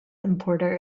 importer